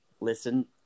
listen